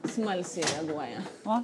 smalsiai reaguoja o